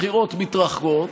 הבחירות מתרחקות,